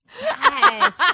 yes